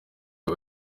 uyu